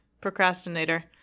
procrastinator